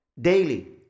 daily